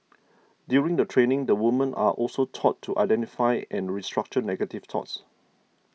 during the training the women are also taught to identify and restructure negative thoughts